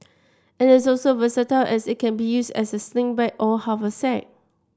it is also versatile as it can be used as a sling bag or haversack